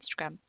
Instagram